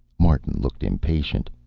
martin looked impatient.